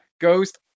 ghost